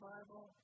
Bible